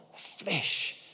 flesh